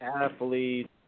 athletes